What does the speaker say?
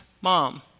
mom